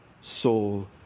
soul